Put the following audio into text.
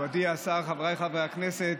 מכובדי השר, חבריי חברי הכנסת,